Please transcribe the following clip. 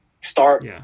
start